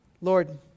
Lord